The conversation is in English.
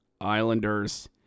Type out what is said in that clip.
Islanders